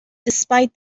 despite